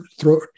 throw